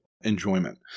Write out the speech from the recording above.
enjoyment